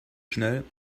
schnell